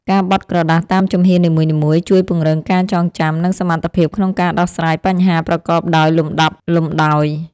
ការបត់ក្រដាសតាមជំហាននីមួយៗជួយពង្រឹងការចងចាំ និងសមត្ថភាពក្នុងការដោះស្រាយបញ្ហាប្រកបដោយលំដាប់លម្ដោយ។